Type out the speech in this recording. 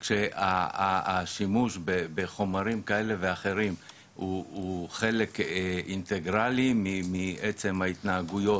כשהשימוש בחומרים כאלה ואחרים הוא חלק אינטגרלי מעצם ההתנהגויות